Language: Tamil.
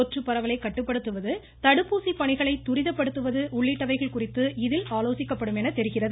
தொற்று பரவலை கட்டுப்படுத்துவது தடுப்பூசி பணிகளை துரிதப்படுத்துவது உள்ளிட்டவைகள் குறித்து இதில் ஆலோசிக்கப்படும் என தெரிகிறது